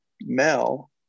Mel